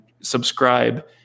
subscribe